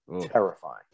Terrifying